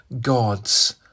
God's